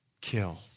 Kill